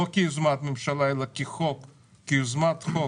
לא כיוזמת ממשלה אלא כחוק,